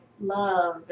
love